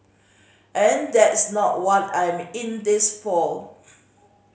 and that's not want I'm in this for